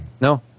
No